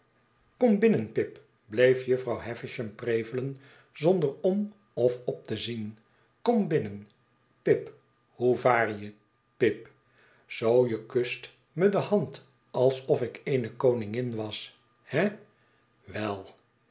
kom binnen pip bleef jufvrouw havisham prevelen zonder om of op te zien kom binnen pip hoe vaar je pip zoo je kust me de hand alsof ik eene koningin was he wel